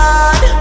God